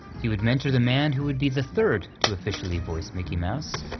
he would mentor the man who would be the third to officially voice mickey mouse,